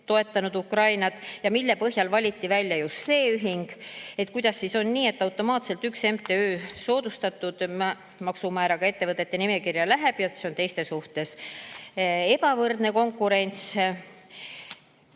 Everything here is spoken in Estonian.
toetanud Ukrainat, ja küsis, mille põhjal valiti välja just see ühing. Kuidas siis on nii, et automaatselt üks MTÜ läheb soodustatud maamaksumääraga ettevõtete nimekirja? See on teiste suhtes ebavõrdne konkurents.